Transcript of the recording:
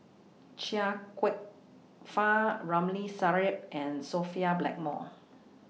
Chia Kwek Fah Ramli Sarip and Sophia Blackmore